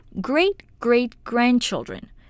great-great-grandchildren